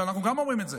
ואנחנו גם אומרים את זה.